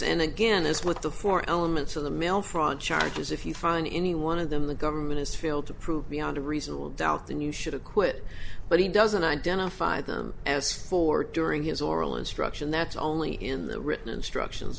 and again as with the four elements of the mail fraud charges if you find any one of them the government has failed to prove beyond a reasonable doubt then you should have quit but he doesn't identify them as for during his oral instruction that's only in the written instructions